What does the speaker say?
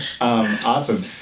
awesome